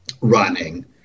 running